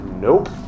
Nope